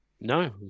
No